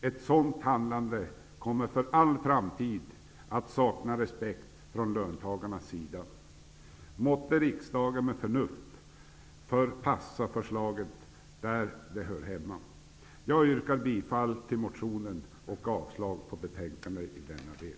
Ett sådant handlande kommer för all framtid att sakna respekt från löntagarnas sida. Måtte riksdagen med förnuft förpassa förslaget dit där det hör hemma. Jag yrkar bifall till motionen och avslag på hemställan i betänkandet i denna del.